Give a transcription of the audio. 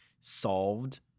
solved